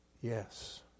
Yes